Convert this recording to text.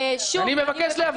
אני מבקש לסיים להבהיר.